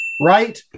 right